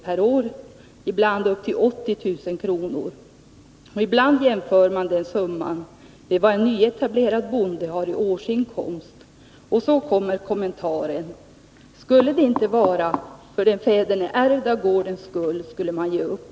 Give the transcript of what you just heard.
per år, ibland upp till 80000 kr. Det händer att man jämför den summan med vad en nyetablerad bonde har i årsinkomst. Och så kommer kommentaren: Om det inte vore den fäderneärvda gården, så skulle man ge upp.